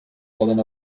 poden